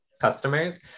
customers